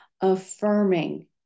Affirming